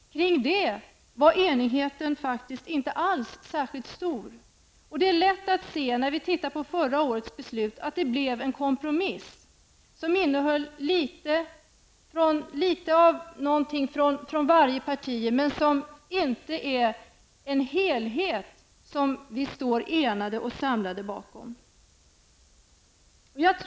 Det är av förra årets beslut lätt att se att det blev en kompromiss. Den innehöll litet från alla partiers förslag, men det är inte en helhet som vi står enade och samlade bakom.